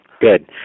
Good